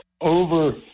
over